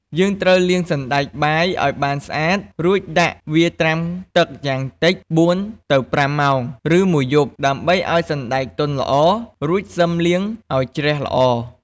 យើងត្រូវលាងសណ្តែកបាយឱ្យបានស្អាត រួចដាក់វាត្រាំទឹកយ៉ាងតិច ៤-៥ ម៉ោង ឬមួយយប់ ដើម្បីឱ្យសណ្ដែកទន់ល្អ រួចសិមលាងឱ្យជ្រះល្អ។